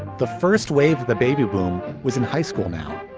the first wave of the baby boom was in high school now.